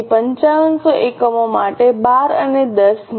તેથી 5500 એકમો માટે 12 અને 10 માં